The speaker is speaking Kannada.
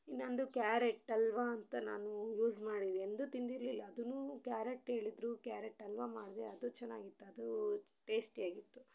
ಇನ್ನೊಂದು ಕ್ಯಾರೆಟ್ ಹಲ್ವಾ ಅಂತ ನಾನು ಯೂಸ್ ಮಾಡಿದೆ ಎಂದೂ ತಿಂದಿರಲಿಲ್ಲ ಅದನ್ನೂ ಕ್ಯಾರೆಟ್ ಹೇಳಿದ್ರು ಕ್ಯಾರೆಟ್ ಹಲ್ವಾ ಮಾಡಿದೆ ಅದು ಚೆನ್ನಾಗಿತ್ತು ಅದೂ ಟೇಸ್ಟಿಯಾಗಿತ್ತು